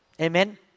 Amen